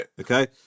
okay